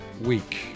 week